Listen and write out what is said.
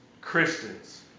Christians